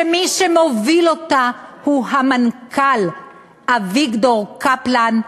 שמי שמוביל אותה הוא המנכ"ל אביגדור קפלן,